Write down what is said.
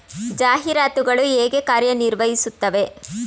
ಜಾಹೀರಾತುಗಳು ಹೇಗೆ ಕಾರ್ಯ ನಿರ್ವಹಿಸುತ್ತವೆ?